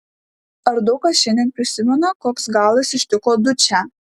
ar daug kas šiandien prisimena koks galas ištiko dučę